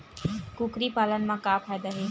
कुकरी पालन म का फ़ायदा हे?